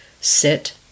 sit